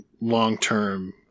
long-term